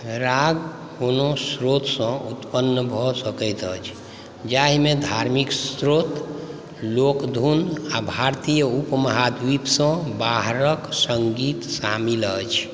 राग कोनो स्रोतसँ उत्पन्न भऽ सकैत अछि जाहिमे धार्मिक स्तोत्र लोकधुन आ भारतीय उपमहाद्वीपसँ बाहरक सङ्गीत शामिल अछि